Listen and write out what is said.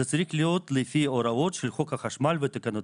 זה צריך להיות לפי ההוראות של חוק החשמל ותקנותיו.